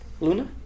Luna